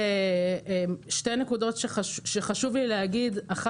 שתי נקודות שחשוב לי להגיד: א',